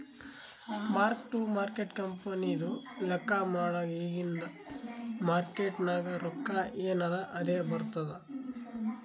mark to market ಕಂಪನಿದು ಲೆಕ್ಕಾ ಮಾಡಾಗ್ ಇಗಿಂದ್ ಮಾರ್ಕೇಟ್ ನಾಗ್ ರೊಕ್ಕಾ ಎನ್ ಅದಾ ಅದೇ ಬರ್ತುದ್